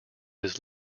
his